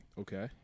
Okay